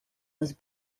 was